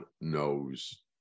knows